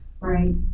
Right